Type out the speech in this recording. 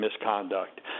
misconduct